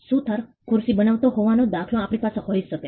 સુથાર ખુરશી બનાવતો હોવાનો દાખલો આપણી પાસે હોઈ શકે